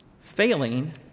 failing